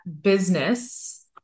business